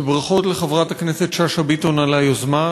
וברכות לחברת הכנסת שאשא ביטון על היוזמה,